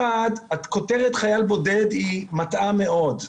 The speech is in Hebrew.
אחד, הכותרת חייל בודד היא מטעה מאוד.